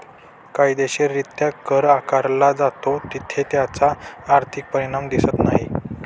कायदेशीररित्या कर आकारला जातो तिथे त्याचा आर्थिक परिणाम दिसत नाही